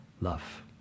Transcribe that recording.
love